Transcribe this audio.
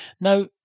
Now